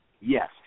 Yes